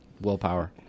willpower